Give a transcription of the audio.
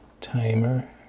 Timer